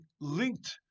linked